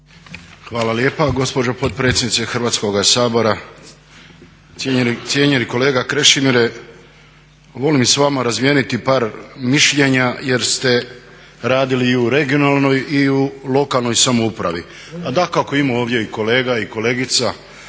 Hvala lijepa gospođo potpredsjednice Hrvatskoga sabora, cijenjeni kolega Krešimire. Volim sa vama razmijeniti par mišljenja jer ste radili i u regionalnoj i u lokalnoj samoupravi, a dakako ima ovdje i kolega i kolegica